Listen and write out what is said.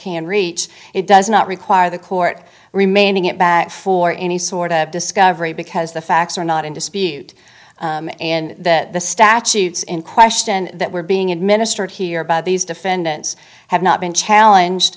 can reach it does not require the court remaining it back for any sort of discovery because the facts are not in dispute and that the statutes in question that were being administered here by these defendants have not been challenge